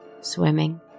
Swimming